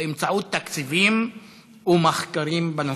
באמצעות תקציבים ומחקרים בנושא.